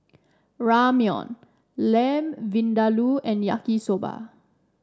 Ramyeon Lamb Vindaloo and Yaki Soba